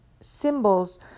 symbols